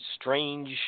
strange